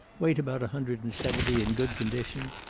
weight about a hundred and seventy, in good condition.